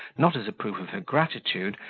not as a proof of her gratitude,